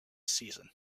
season